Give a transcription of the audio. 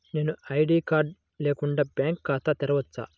నేను ID card లేకుండా bank ఖాతా తెరవచ్చా?